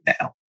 now